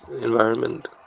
environment